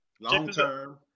Long-term